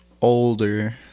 older